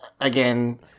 again